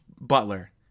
Butler